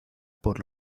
por